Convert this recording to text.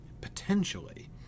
potentially